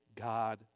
God